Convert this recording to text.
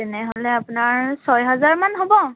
তেনেহ'লে আপোনাৰ ছয় হাজাৰমান হ'ব